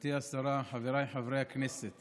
גברתי השרה, חבריי חברי הכנסת